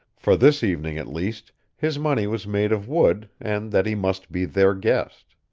for this evening at least, his money was made of wood and that he must be their guest.